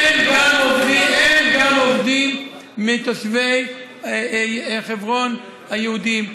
אין גם עובדים מתושבי חברון היהודים.